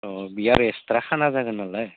अ बे आरो एक्सट्रा खाना जागोन नालाय